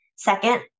Second